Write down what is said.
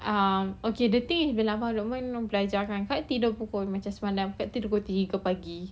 um okay the thing is abang lukman belajar kan dia tidur pukul macam semalam pukul tiga empat pagi